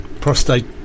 Prostate